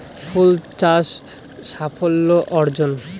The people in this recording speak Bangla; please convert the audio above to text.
ফুল চাষ সাফল্য অর্জন?